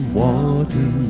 water